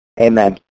amen